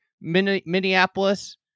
Minneapolis